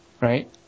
Right